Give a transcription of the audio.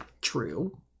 true